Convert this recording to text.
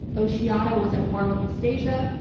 oceania was at war with eastasia.